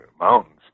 mountains